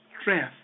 strength